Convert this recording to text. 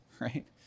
right